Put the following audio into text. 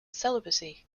celibacy